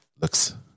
Looks